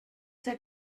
der